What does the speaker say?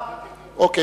כן.